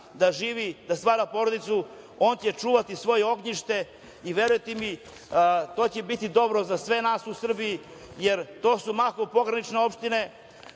da živi, da stvara porodicu, on će čuvati svoje ognjište. Verujte mi, to će biti dobro za sve nas u Srbiji. To su mahom pogranične opštine,